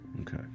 Okay